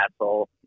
asshole